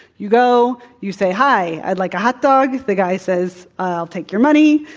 you go, you say, hi. i'd like a hot dog. the guy says, i'll take your money.